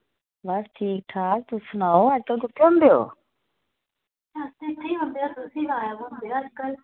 बस ठीक ठाक तुस सनाओ अज्जकल कुत्थे होंदे ओ